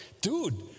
dude